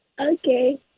Okay